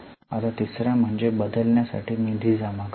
आता तिसरा म्हणजे बदलण्यासाठी निधी जमा करणे